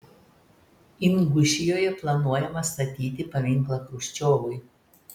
ingušijoje planuojama statyti paminklą chruščiovui